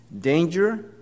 Danger